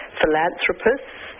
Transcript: philanthropists